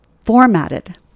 formatted